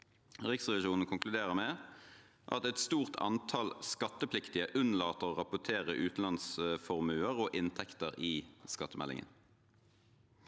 Riksrevisjonen konkluderer med at et stort antall skattepliktige unnlater å rapportere utenlandsformuer og -inntekter i skattemeldingen.